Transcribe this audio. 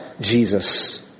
Jesus